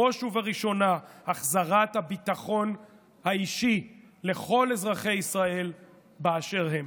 בראש ובראשונה החזרת הביטחון האישי לכל אזרחי ישראל באשר הם.